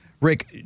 Rick